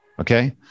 Okay